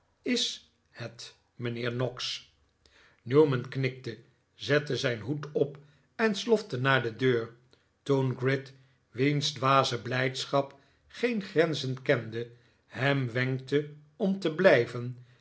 is het mijnheer noggs newman knikte zette zijn hoed op en slofte naar de deur toen gride wiens dwaze blijdschap geen grenzen kende hem wenkte om te blijven